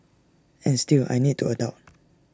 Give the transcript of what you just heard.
and still I need to adult